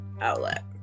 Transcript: outlet